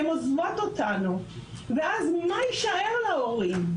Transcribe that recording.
הן עוזבות אותנו ואז מה יישאר להורים?